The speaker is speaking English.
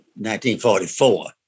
1944